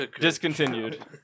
discontinued